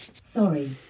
Sorry